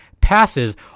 passes